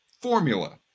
formula